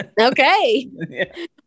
Okay